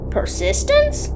Persistence